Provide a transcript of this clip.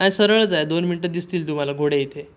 काय सरळच आहे दोन मिनटं दिसतील तुम्हाला घोडे इथे